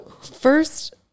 first